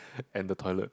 and the toilet